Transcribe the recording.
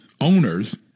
Owners